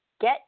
get